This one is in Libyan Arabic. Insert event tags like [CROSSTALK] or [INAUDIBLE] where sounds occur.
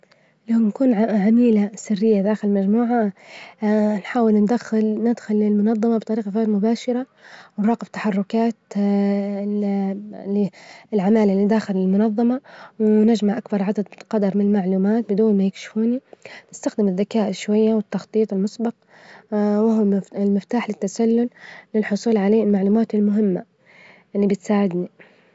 لنكون عميلة سرية داخل المجموعة [HESITATION] نحأول ندخل- ندخل للمنظمة بطريجة غير مباشرة، ونراجب تحركات ال [HESITATION] العمالة داخل المنظمة، ونجمع أكبر عدد- جدر من المعلومات بدون ما يكشفوني، نستخدم الذكاء شوية، والتخطيط المسبج، وهما المفتاح للتسلل للحصول على المعلومات المهمة إللي بتساعدنا.